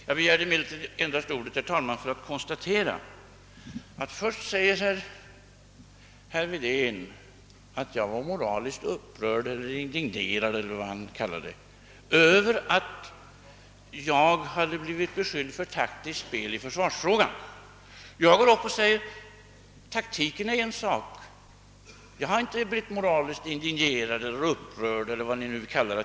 Jag begärde emellertid ordet, herr talman, endast för att konstatera att herr Wedén först säger att jag var moraliskt upprörd eller indignerad över att jag hade blivit beskylld för taktiskt spel i försvarsfrågan. Jag går upp och säger: Taktiken är en sak. Jag har inte blivit moraliskt indignerad eller upprörd.